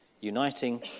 uniting